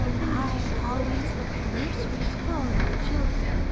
i always look for nurseries full of children,